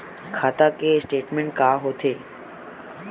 खाता के स्टेटमेंट का होथे?